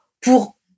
pour